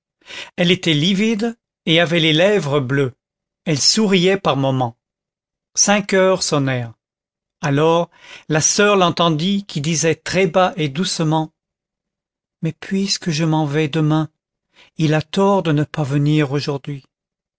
elle était livide et avait les lèvres bleues elle souriait par moments cinq heures sonnèrent alors la soeur l'entendit qui disait très bas et doucement mais puisque je m'en vais demain il a tort de ne pas venir aujourd'hui